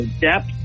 depth